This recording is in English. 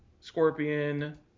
Scorpion